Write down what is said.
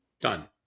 Done